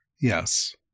Yes